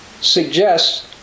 suggests